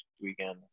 weekend